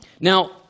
Now